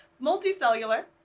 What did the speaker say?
multicellular